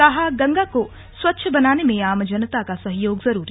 कहा गंगा को स्वच्छ बनाने में आम जनता का सहयोग जरूरी